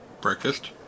Breakfast